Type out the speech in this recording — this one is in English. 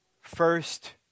first